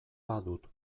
badut